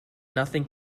nothing